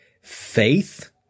faith